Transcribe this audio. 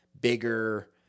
bigger